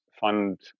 fund